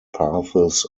paths